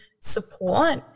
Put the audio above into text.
support